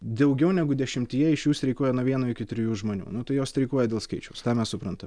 daugiau negu dešimtyje iš jų streikuoja nuo vieno iki trijų žmonių nu tai jos streikuoja dėl skaičiaus tą mes supratam